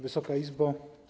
Wysoka Izbo!